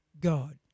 God